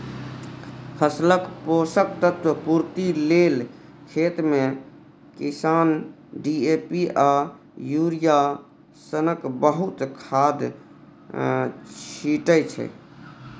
फसलक पोषक तत्व पुर्ति लेल खेतमे किसान डी.ए.पी आ युरिया सनक बहुत खाद छीटय छै